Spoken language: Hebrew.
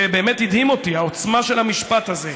זה באמת הדהים אותי, העוצמה של המשפט הזה.